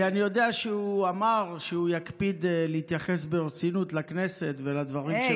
כי אני יודע שהוא אמר שהוא יקפיד להתייחס ברצינות לכנסת ולדברים,